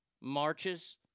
marches